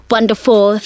wonderful